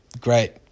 great